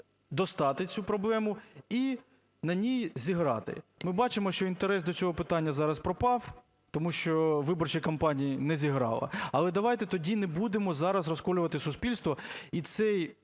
достати цю проблему і на ній зіграти. Ми бачимо, що інтерес до цього питання зараз пропав, тому що виборча кампанія не зіграла, але давайте тоді не будемо зараз розколювати суспільство, і цей